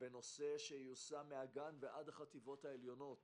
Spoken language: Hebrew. בנושא שייושם מהגן ועד החטיבות העליונות